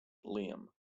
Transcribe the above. liam